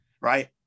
Right